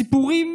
סיפורים